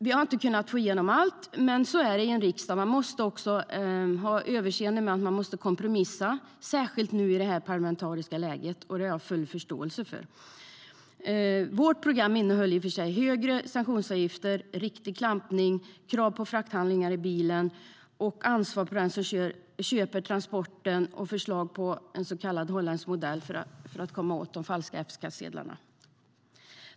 Vi har inte kunnat få igenom allt, men så är det i en riksdag. Man måste ha överseende med att det behöver kompromissas, särskilt nu med det här parlamentariska läget. Detta har jag full förståelse för. Vårt program innehöll förslag om högre sanktionsavgifter, riktig klampning, krav på frakthandlingar i bilen, ansvar för den som köper transporten samt en så kallad holländsk modell för att komma åt de falska F-skattsedlarna.